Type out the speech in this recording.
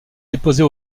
déposés